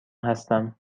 هستم